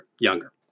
younger